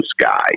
sky